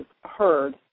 heard